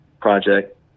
project